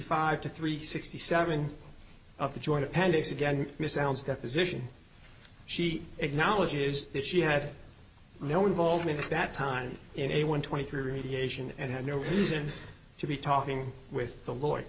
five to three sixty seven of the joint appendix again miss sounds deposition she acknowledges that she had no involvement at that time in a one twenty three radiation and had no reason to be talking with the l